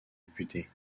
députés